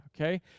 okay